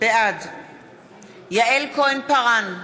בעד יעל כהן-פארן,